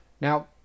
now